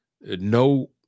No